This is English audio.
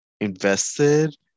invested